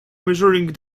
measuring